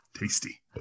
Tasty